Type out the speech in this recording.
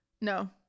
No